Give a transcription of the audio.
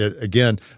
again